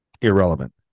irrelevant